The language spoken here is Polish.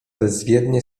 bezwiednie